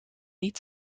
niet